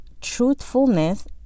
truthfulness